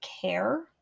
care